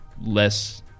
less